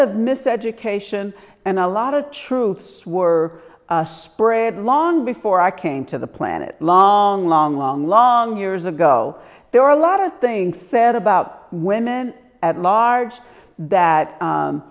of miseducation and a lot of truths were spread long before i came to the planet long long long long years ago there were a lot of things said about women at large that